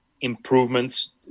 improvements